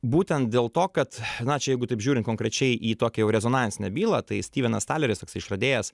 būtent dėl to kad na čia jeigu taip žiūrint konkrečiai į tokią jau rezonansinę bylą tai styvenas taleris toksai išradėjas